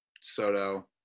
Soto